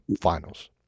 finals